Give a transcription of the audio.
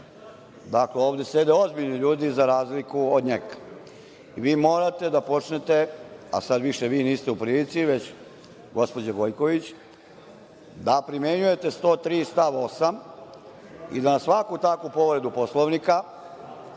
Dakle, ovde sede ozbiljni ljudi za razliku od njega. Vi morate da počnete, a sad više vi niste u prilici, već gospođa Gojković, da primenjujete 103. stav 8. i da na svaku takvu povredu Poslovnika